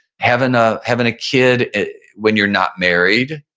having ah having a kid when you're not married,